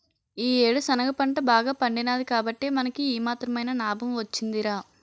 ఈ యేడు శనగ పంట బాగా పండినాది కాబట్టే మనకి ఈ మాత్రమైన నాబం వొచ్చిందిరా